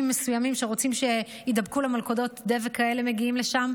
מסוימים שרוצים שיידבקו למלכודות הדבק האלה מגיעים לשם,